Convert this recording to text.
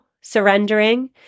surrendering